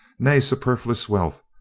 nay superfluous wealth,